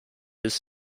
his